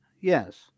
Yes